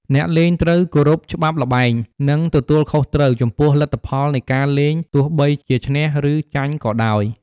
អ្នកលេងត្រូវ គោរពច្បាប់ល្បែង និង ទទួលខុសត្រូវ ចំពោះលទ្ធផលនៃការលេងទោះបីជាឈ្នះ ឬចាញ់ក៏ដោយ។